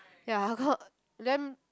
ya how come then